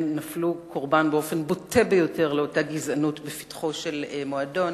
השניים נפלו קורבן באופן בוטה ביותר לאותה גזענות בפתחו של מועדון